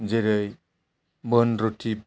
जेरै बन रुथि